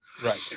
Right